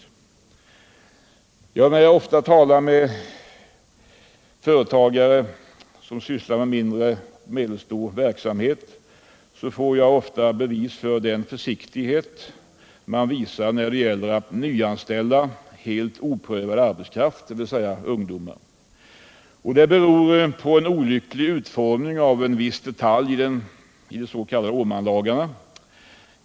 När jag talar med företagare från mindre och medelstor verksamhet får jag ofta bevis på den försiktighet man visar när det gäller att nyanställa helt oprövad arbetskraft, dvs. ungdomar. Det beror på en olycklig utformning av en viss detalj i ÅmManlagarna.